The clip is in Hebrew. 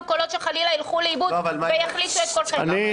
קולות שחלילה ילכו לאיבוד ויחלישו את קולכם.